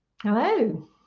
Hello